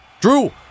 Drew